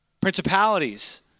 Principalities